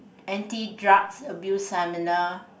anti drugs abuse seminar